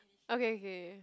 okay